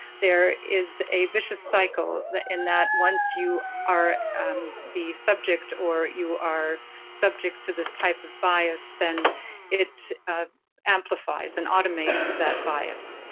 there is a vicious cycle in that once you are the subject or you are subject to this type of bias, then it amplifies and automates that bias.